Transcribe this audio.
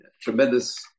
tremendous